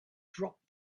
dropped